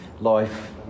life